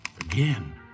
Again